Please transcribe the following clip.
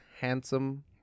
handsome